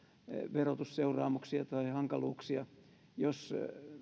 verotusseuraamuksia tai hankaluuksia jos